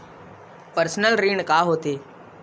Personal ऋण का होथे?